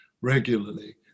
regularly